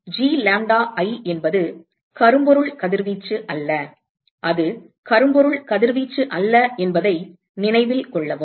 எனவே G lambda i என்பது கரும்பொருள் கதிர்வீச்சு அல்ல அது கரும்பொருள் கதிர்வீச்சு அல்ல என்பதை நினைவில் கொள்ளவும்